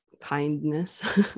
kindness